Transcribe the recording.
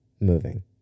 moving